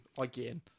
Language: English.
Again